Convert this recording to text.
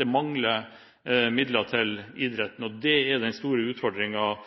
Det mangler midler til idretten, og det er den store